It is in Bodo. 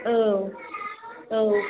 औ औ